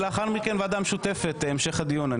ולאחר מכן ועדה משותפת להמשך הדיון.